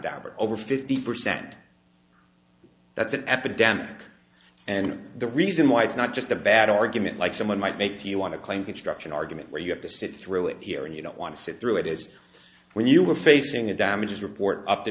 or over fifty percent that's an epidemic and the reason why it's not just a bad argument like someone might make you want to claim construction argument where you have to sit through it here and you don't want to sit through it is when you were facing a damage report up